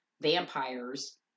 vampires